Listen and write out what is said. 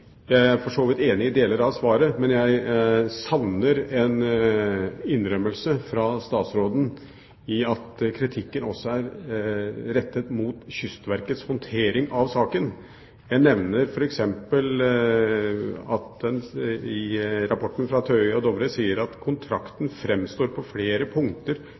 men jeg savner en innrømmelse fra statsråden av at kritikken også er rettet mot Kystverkets håndtering av saken. Jeg kan f.eks. nevne at en i rapporten fra Dovre Group og TØI sier: «Kontrakten fremstår på flere punkter